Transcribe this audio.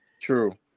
True